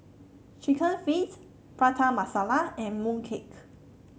chicken feet Prata Masala and mooncake